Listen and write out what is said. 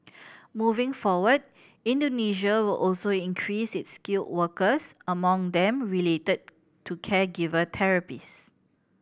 moving forward Indonesia also increase its skilled workers among them related to caregiver therapist